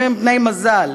אם הם בני מזל,